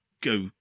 go